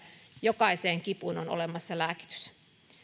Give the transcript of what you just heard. jokaiseen kipuun on olemassa lääkitys mutta